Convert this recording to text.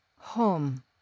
Home